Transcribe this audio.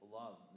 love